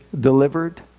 delivered